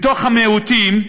מתוך המיעוטים,